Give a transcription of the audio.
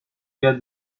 یاد